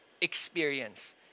experience